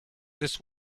this